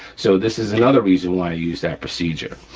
so this is another reason why i use that procedure.